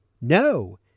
No